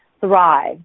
thrive